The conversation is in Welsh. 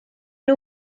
nhw